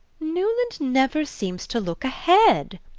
newland never seems to look ahead,